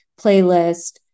playlist